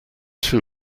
too